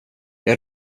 jag